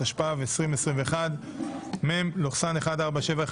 התשפ"ב-2021 (מ/1471),